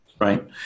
Right